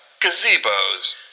gazebos